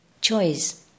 choice